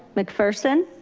mcpherson.